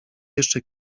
jeszcze